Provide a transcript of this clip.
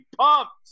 pumped